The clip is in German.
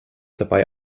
dabei